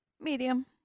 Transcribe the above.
Medium